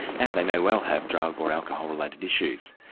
and they may well have drug or alcohol-related issues.